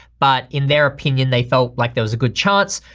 but in their opinion they felt like there was a good chance,